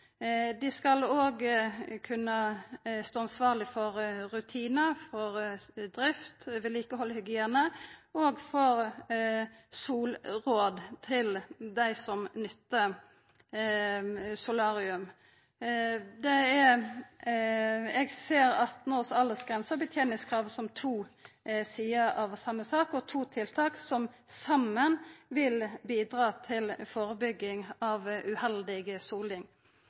kunna stå ansvarleg for rutinar for drift, vedlikehald og hygiene, og for solråd til dei som nyttar solarium. Eg ser 18 års aldersgrense og beteningskrav som to sider av same sak, og to tiltak som saman vil bidra til førebygging av uheldig soling.